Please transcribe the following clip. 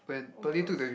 oh-my-god